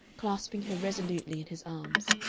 clasping her resolutely in his arms,